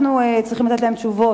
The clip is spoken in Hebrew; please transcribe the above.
אנחנו צריכים לתת להם תשובות.